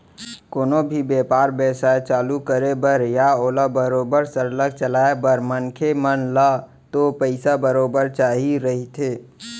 कोनो भी बेपार बेवसाय चालू करे बर या ओला बरोबर सरलग चलाय बर मनखे मन ल तो पइसा बरोबर चाही रहिथे